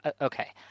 Okay